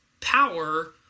power